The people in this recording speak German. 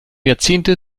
jahrzehnte